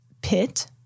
Pit